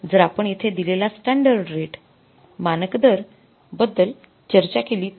जर आपण येथे दिलेल्या स्टॅंडर्ड रेट बद्दल चर्चा केली तर